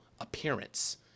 appearance